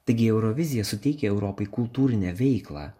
taigi eurovizija suteikia europai kultūrinę veiklą